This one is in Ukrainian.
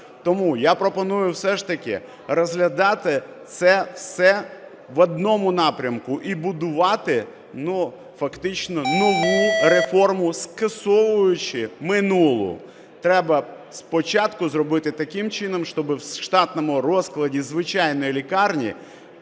Тому я пропоную все ж таки розглядати це все в одному напрямку і будувати фактично нову реформу, скасовуючи минулу. Треба спочатку зробити таким чином, щоб у штатному розкладі звичайної лікарні